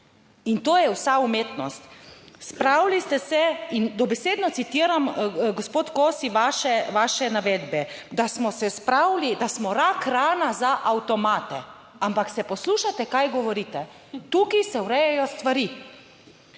In to je vsa umetnost. Spravili ste se in dobesedno citiram gospod Kosi, vaše, vaše navedbe, "da smo se spravili, da smo rak rana za avtomate." Ampak se poslušate kaj govorite? Tukaj se urejajo stvari.